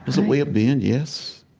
it's a way of being, yes.